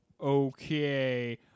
Okay